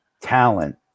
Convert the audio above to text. talent